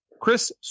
Chris